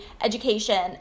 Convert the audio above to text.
education